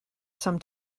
some